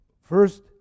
First